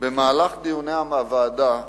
במהלך דיוני הוועדה,